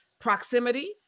proximity